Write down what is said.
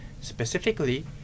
Specifically